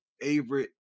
favorite